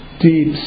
deep